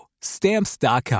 Stamps.com